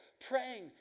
praying